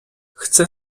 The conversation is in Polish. chcę